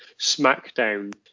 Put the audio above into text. SmackDown